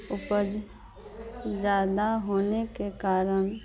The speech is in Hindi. उपज ज़्यादा होने के कारण